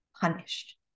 punished